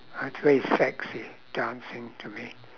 that's very sexy dancing to me